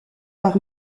par